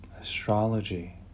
astrology